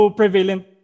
prevalent